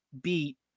beat